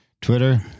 Twitter